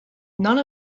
none